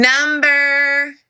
Number